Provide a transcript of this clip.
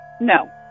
No